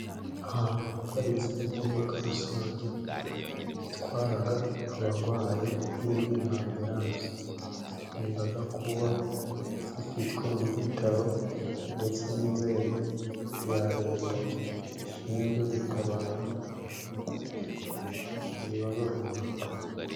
Ahantu haparitse imodoka rusange itwara abarwayi izwi nka ambulance. Zikunda kuba zifitwe n'ibitaro ndetse n'inzego za leta zishinzwe gutabara ahantu habaye ibibazo runaka.